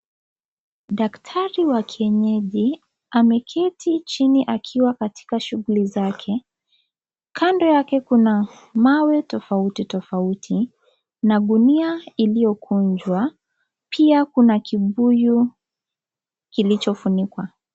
Daktari wa kienyeji ameketi chini akiwa katika shughuli zake, kando yake kuna mawe tofauti tofauti na gunia iliyokunjwa pia kuna kibuyu kilichofunikwa.